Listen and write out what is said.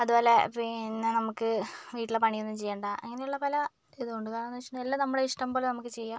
അതുപോലെ പിന്നെ നമുക്ക് വീട്ടിലെ പണിയൊന്നും ചെയ്യണ്ട അങ്ങനെയുള്ള പല ഇതും ഉണ്ട് കാരണമെന്ന് വെച്ചിട്ടുണ്ടെങ്കിൽ എല്ലാം നമ്മുടെ ഇഷ്ടം പോലെ നമുക്ക് ചെയ്യാം